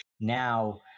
now